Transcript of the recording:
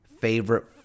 favorite